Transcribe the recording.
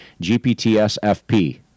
GPTSFP